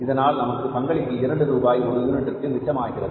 இதனால் நமக்கு பங்களிப்பில் இரண்டு ரூபாய் ஒரு யூனிட்டிற்கு மிச்சமாகிறது